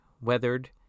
weathered